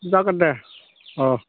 जागोन दे अ